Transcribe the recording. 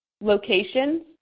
Locations